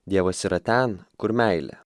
dievas yra ten kur meilė